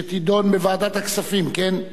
שתידון בוועדת הכספים, כן.